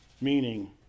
Meaning